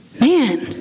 man